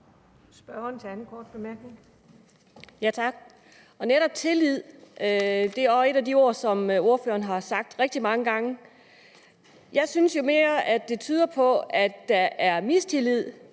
Netop tillid er også et af de ord, som ordføreren har sagt rigtig mange gange. Jeg synes jo mere, det tyder på, at der er mistillid